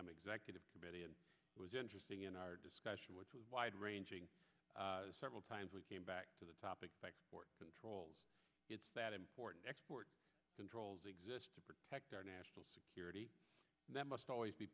am executive committee and it was interesting in our discussion which was wide ranging several times we came back to the topic controls it's that important export controls exist to protect our national security that must always be